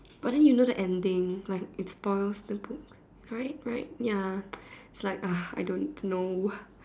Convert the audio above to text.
but then you know the ending like it spoils the book right right ya it's like ugh I don't know